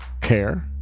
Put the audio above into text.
Care